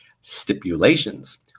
stipulations